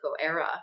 era